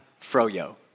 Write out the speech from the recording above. froyo